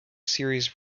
series